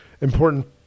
important